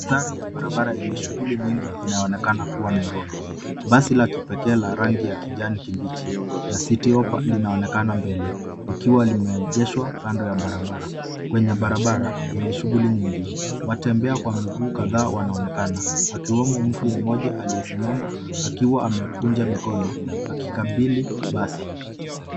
Mandhari yenye shughuli nyingi inaonekana kuwa Nairobi. Basi la kipekee la rangi ya kijani kibichi la city hoppa linaonekana mbele likiwa limeegeshwa kando ya barabara. Kwenye barabara yenye shughuli nyingi watembea kwa miguu wanaonekana wakiwemo mtu aliyesimama akiwa amekunja mikono akikabili basi.